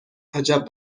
عجب